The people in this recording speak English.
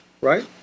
right